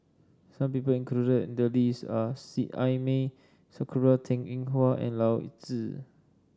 some people included in the list are Seet Ai Mee Sakura Teng Ying Hua and Zi